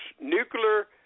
nuclear